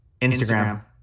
Instagram